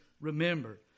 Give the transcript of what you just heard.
remember